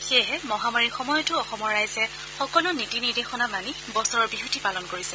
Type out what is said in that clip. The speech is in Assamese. সেয়েহে মহামাৰীৰ সময়তো অসমৰ ৰাইজে সকলো নীতি নিৰ্দেশনা মানি বছৰৰ বিহুটি পালন কৰিছে